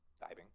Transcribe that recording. diving